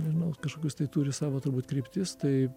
nežinau kažkokius tai turi savo turbūt kryptis tai